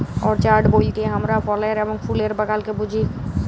orchard বলতে হামরা ফলের এবং ফুলের বাগালকে বুঝি